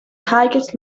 highest